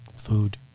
Food